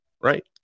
Right